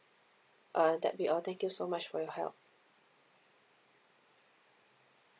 uh that be all thank you so much for your help